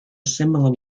similar